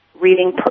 reading